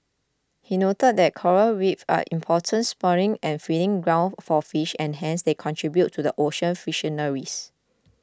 he noted that coral Reefs are important spawning and feeding grounds for fish and hence they contribute to the ocean fisheries